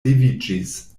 leviĝis